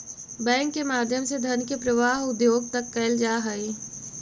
bank के माध्यम से धन के प्रवाह उद्योग तक कैल जा हइ